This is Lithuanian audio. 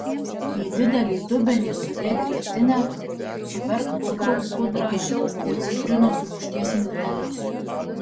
į didelį dubenį sudėk grietinę suberk cukraus pudrą ir citrinos rūgšties miltelius